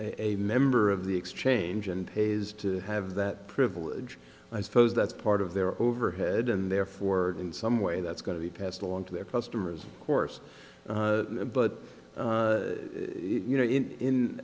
a member of the exchange and is to have that privilege i suppose that's part of their overhead and therefore in some way that's going to be passed along to their customers course but you know in in